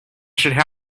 should